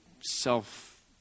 self